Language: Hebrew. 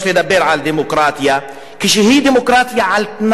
לדבר על דמוקרטיה כשזו דמוקרטיה על-תנאי?